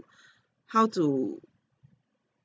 how to